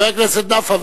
חבר הכנסת נפאע,